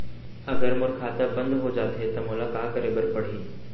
अगर मोर खाता बन्द हो जाथे त मोला का करे बार पड़हि?